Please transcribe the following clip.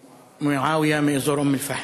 ממועאוויה, מאזור אום-אלפחם.